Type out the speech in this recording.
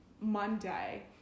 Monday